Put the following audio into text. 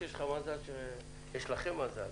יש לכם מזל